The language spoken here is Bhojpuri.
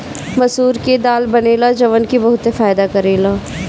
मसूर के दाल बनेला जवन की बहुते फायदा करेला